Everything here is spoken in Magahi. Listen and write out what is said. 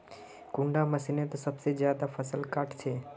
कुंडा मशीनोत सबसे ज्यादा फसल काट छै?